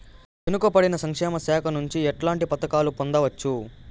వెనుక పడిన సంక్షేమ శాఖ నుంచి ఎట్లాంటి పథకాలు పొందవచ్చు?